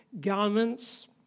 garments